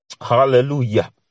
Hallelujah